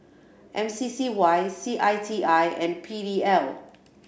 M C C Y C I T I and P D L